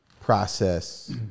process